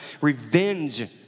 revenge